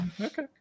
Okay